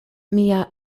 mia